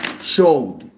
showed